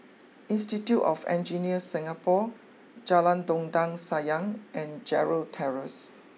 Institute of Engineers Singapore Jalan Dondang Sayang and Gerald Terrace